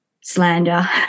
slander